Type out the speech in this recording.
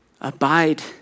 Abide